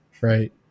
right